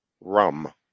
rum